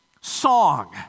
song